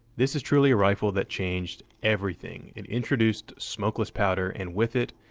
this is truly a rifle that changed everything. it introduced smokeless powder and, with it,